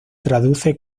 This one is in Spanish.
traduce